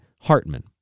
Hartman